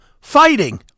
fighting